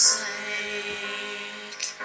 sake